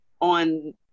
on